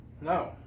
No